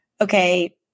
okay